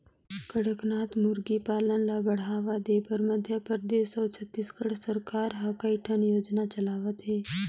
कड़कनाथ मुरगी पालन ल बढ़ावा देबर मध्य परदेस अउ छत्तीसगढ़ सरकार ह कइठन योजना चलावत हे